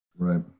Right